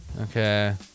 Okay